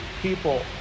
people